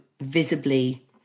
visibly